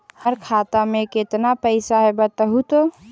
हमर खाता में केतना पैसा है बतहू तो?